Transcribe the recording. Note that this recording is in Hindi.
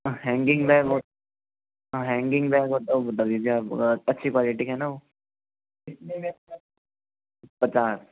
हाँ हैंगिंग बैग हो हाँ हैंगिंग बैग हो तो वो बता दीजिए आप जरा अच्छी क्वालिटी के है ना वो पचास